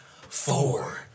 four